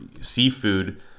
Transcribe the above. seafood